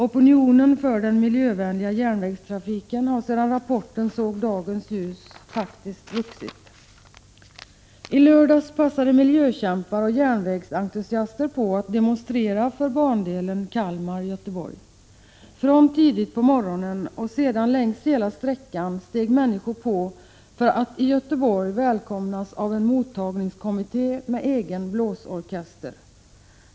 Opinionen för den miljövänliga järnvägstrafiken har sedan rapporten såg dagens ljus vuxit. I lördags passade miljökämpar och järnvägsentusiaster på att demonstrera för bandelen Kalmar-Göteborg. Från tidigt på morgonen steg människor på tåget längs hela sträckan för att i Göteborg välkomnas av en mottagningskommitté med egen blåsorkester.